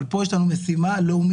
אבל פה יש לנו משימה לאומית,